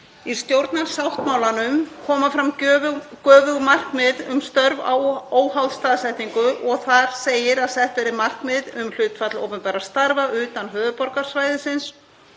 Í stjórnarsáttmálanum koma fram göfug markmið um störf óháð staðsetningu og þar segir að sett verði markmið um hlutfall opinberra starfa utan höfuðborgarsvæðisins